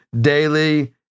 daily